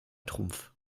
trumpf